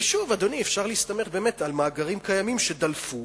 ושוב, אדוני, אפשר להסתמך על מאגרים קיימים שדלפו,